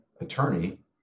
attorney